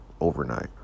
overnight